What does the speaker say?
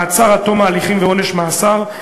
מעצר עד תום ההליכים ועונש מאסר,